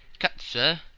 cut, sir,